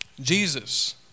Jesus